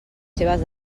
seves